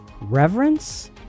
reverence